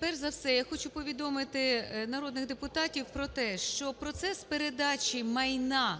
Перша за все я хочу повідомити народних депутатів про те, що процес передачі майна